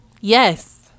Yes